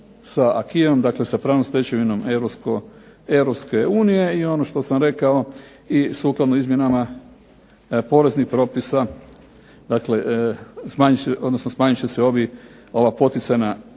sa acquisem, dakle sa pravnom stečevinom Europske unije, i ono što sam rekao i sukladno izmjenama poreznih propisa, odnosno smanjiti će se ova poticajna